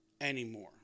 anymore